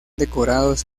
decorados